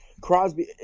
crosby